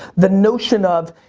the notion of